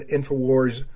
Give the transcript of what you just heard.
Infowars